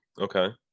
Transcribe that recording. Okay